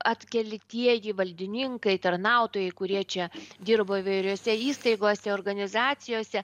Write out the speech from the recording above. atkeltieji valdininkai tarnautojai kurie čia dirbo įvairiose įstaigose organizacijose